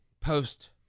post